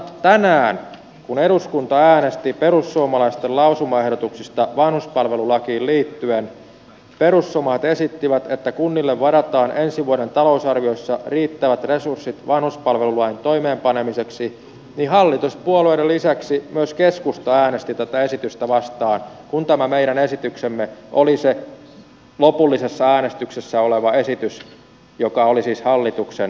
tänään kun eduskunta äänesti perussuomalaisten lausumaehdotuksista vanhuspalvelulakiin liittyen perussuomalaiset esittivät että kunnille varataan ensi vuoden talousarviossa riittävät resurssit vanhuspalvelulain toimeenpanemiseksi hallituspuolueiden lisäksi myös keskusta äänesti tätä esitystä vastaan kun tämä meidän esityksemme oli se lopullisessa äänestyksessä oleva esitys joka oli siis hallituksen linjaa vastaan